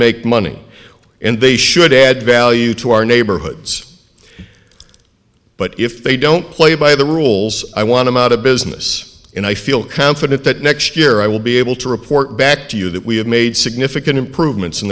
make money and they should add value to our neighborhoods but if they don't play by the rules i want him out of business and i feel confident that next year i will be able to report back to you that we have made significant improvements in